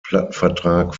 plattenvertrag